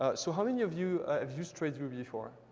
ah so how many of you have used traceview before?